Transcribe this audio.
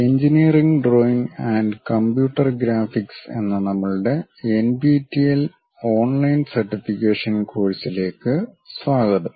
engineering drawing and computer graphics എന്ന നമ്മളുടെ NPTEL online certification കോഴ്സുകളിലേക്ക് സ്വാഗതം